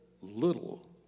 little